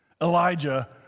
Elijah